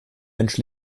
mensch